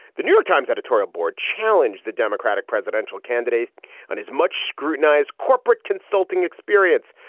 the new york times editorial board challenged the democratic presidential candidates on his much scrutinized corporate consulting experience.